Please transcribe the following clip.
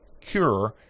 cure